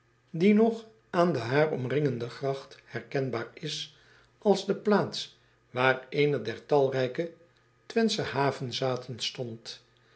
die nog aan de haar omringende gracht herkenbaar is als de plaats waar eene der talrijke wenthsche havezathen stond